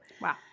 Wow